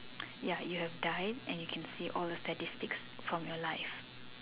ya you have died and you can see all the statistics from your life